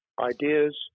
Ideas